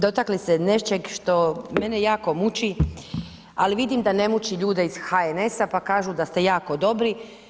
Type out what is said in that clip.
Dotakli ste se nečeg što mene jako muči, ali vidim da ne muči ljude iz HNS-a, pa kažu da ste jako dobri.